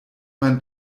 man